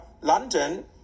London